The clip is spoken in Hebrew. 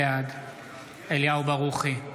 בעד אליהו ברוכי,